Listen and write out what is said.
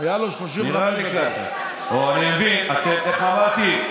אני מסבירה, הייתי באמצע, איך אמרתי?